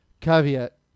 caveat